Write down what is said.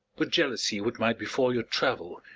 but jealousy what might befall your travel,